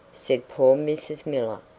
said poor mrs. miller.